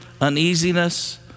uneasiness